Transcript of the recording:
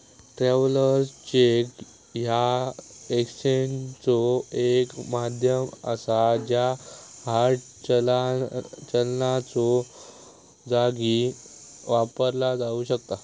travellers cheque ह्या एक्सचेंजचो एक माध्यम असा ज्या हार्ड चलनाच्यो जागी वापरला जाऊ शकता